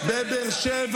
יש יותר פשע,